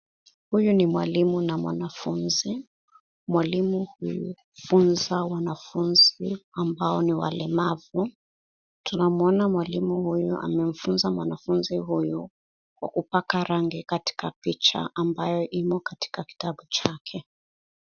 Huyu ni mwalimu na mwanafunzi. Mwalimu huyu hufunza wanafunzi ambao ni walemavu. Tunaona mwalimu huyu amemfunza mwanafunzi huyu kwa kupaka rangi katika picha ambayo imo katika kitabu chake.